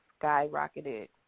skyrocketed